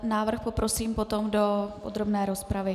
Návrh poprosím potom do podrobné rozpravy.